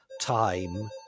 Time